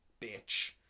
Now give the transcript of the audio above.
bitch